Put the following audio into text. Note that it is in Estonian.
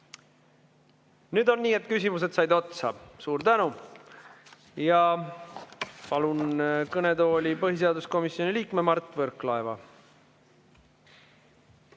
Nüüd on nii, et küsimused said otsa. Suur tänu! Palun kõnetooli põhiseaduskomisjoni liikme Mart Võrklaeva.